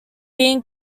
being